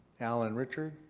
allen richards.